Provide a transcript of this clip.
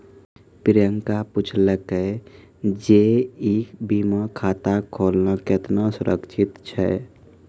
प्रियंका पुछलकै जे ई बीमा खाता खोलना केतना सुरक्षित छै?